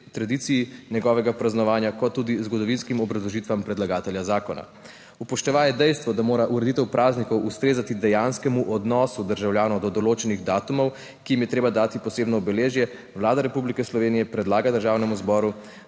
tradiciji njegovega praznovanja kot tudi zgodovinskim obrazložitvam predlagatelja zakona. Upoštevaje dejstvo, da mora ureditev praznikov ustrezati dejanskemu odnosu državljanov do določenih datumov, ki jim je treba dati posebno obeležje, Vlada Republike Slovenije predlaga Državnemu zboru,